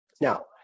Now